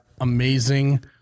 amazing